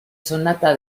sonata